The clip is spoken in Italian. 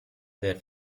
del